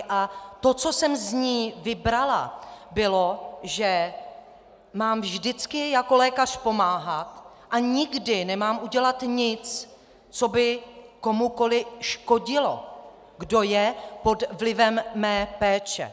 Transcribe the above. A to, co jsem z ní vybrala, bylo, že mám vždycky jako lékař pomáhat a nikdy nemám udělat nic, co by komukoli škodilo, kdo je pod vlivem mé péče.